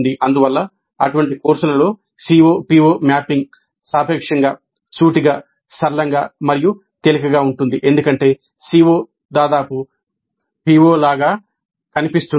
అందువల్ల అటువంటి కోర్సులలో CO PO మ్యాపింగ్ సాపేక్షంగా సూటిగా సరళంగా మరియు తేలికగా ఉంటుంది ఎందుకంటే CO దాదాపు PO లాగా కనిపిస్తుంది